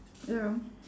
ya